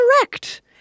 correct